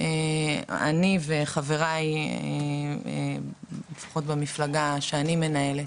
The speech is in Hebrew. חבריי ואני, לפחות במפלגה שאני מנהלת,